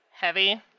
heavy